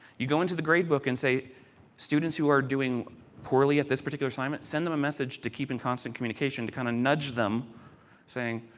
you go into the gradebook and say students who are doing poorly at this particular assignment, send them a message to keep in constant communication to kind of nudge them saying,